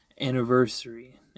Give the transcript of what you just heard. anniversary